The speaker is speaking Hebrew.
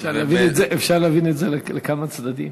אפשר להבין את זה לכמה צדדים.